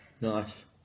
nice